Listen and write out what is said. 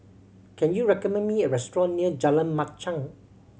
can you recommend me a restaurant near Jalan Machang